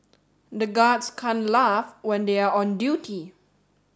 the guards can't laugh when they are on duty